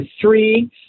three